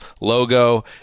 logo